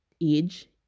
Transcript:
age